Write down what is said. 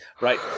Right